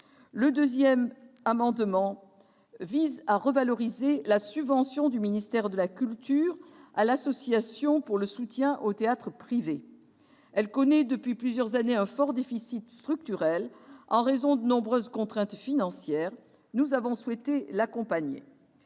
Le second amendement vise à revaloriser la subvention du ministère de la culture à l'Association pour le soutien du théâtre privé. Celle-ci connaît depuis plusieurs années un fort déficit structurel en raison de nombreuses contraintes financières. Nous avons souhaité l'accompagner.